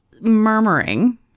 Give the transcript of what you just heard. murmuring